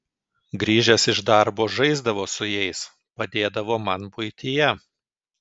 grįžęs iš darbo žaisdavo su jais padėdavo man buityje